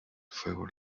fuego